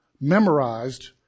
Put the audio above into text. memorized